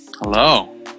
Hello